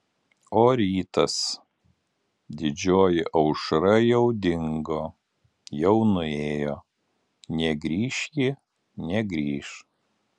o rytas didžioji aušra jau dingo jau nuėjo negrįš ji negrįš